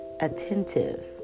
Attentive